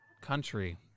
country